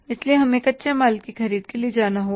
इसलिए हमें कच्चे माल की ख़रीद के लिए जाना होगा